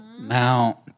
Now